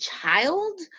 child